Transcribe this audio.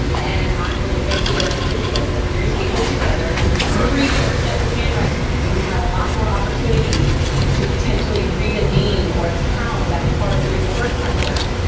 and i'm going to eventually get a certificate. and the three are stapled together. and there's three different sets of handwriting. so you have a lot more opportunities to potentially read a name or a town that was hard to read the first time around.